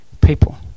people